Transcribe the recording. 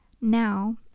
Now